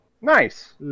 Nice